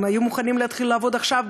הם היו מוכנים להתחיל לעבוד עכשיו,